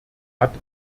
hat